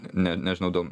ne nežinau dėl